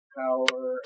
power